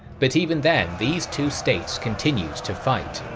but even then these two states continued to fight.